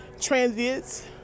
transients